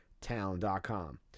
town.com